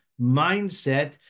mindset